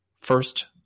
first